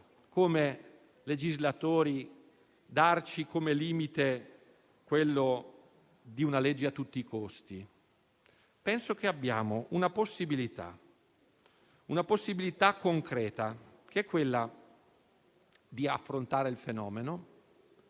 non dobbiamo darci come limite quello di una legge a tutti i costi. Penso che abbiamo una possibilità concreta, che è quella di affrontare il fenomeno,